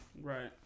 right